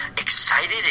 excited